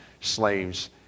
slaves